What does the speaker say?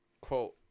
quote